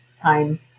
time